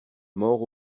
mort